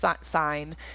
sign